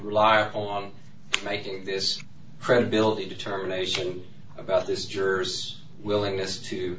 rely on making this credibility determination about this juror's willingness to